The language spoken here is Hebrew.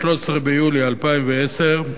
13 ביולי 2010,